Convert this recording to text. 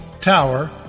Tower